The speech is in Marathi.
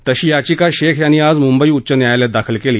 तशी याचिका शेख यांनी आज मुंबई उच्च न्यायालयात दाखल केली